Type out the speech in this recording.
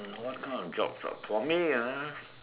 what kind of jobs ah for me ah